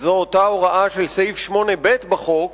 הוא אותה הוראה של סעיף 8(ב) בחוק,